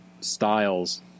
styles